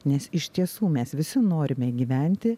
nes iš tiesų mes visi norime gyventi